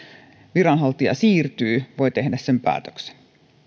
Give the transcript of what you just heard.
viranhaltija siirtyy voi tehdä sen päätöksen